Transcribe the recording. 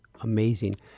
amazing